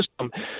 system